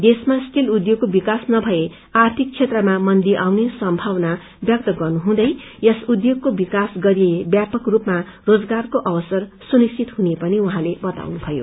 देश्रमा steel उद्योगको विकास नभए आर्थिक क्षेत्रमाम मन्दी आउने सम्भावना व्यक्त गर्नुहुँदै यस उद्योगक्रे विकास गरिए व्यापक रूपमा रोजगारको अवसर सुनिश्चित हुने पनि उहाँले बताउनु भयो